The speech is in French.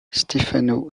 stefano